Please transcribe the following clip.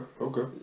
okay